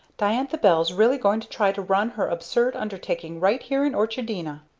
diantha bell's really going to try to run her absurd undertaking right here in orchardina!